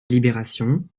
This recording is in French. libération